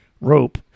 rope